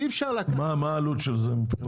מה העלות של זה?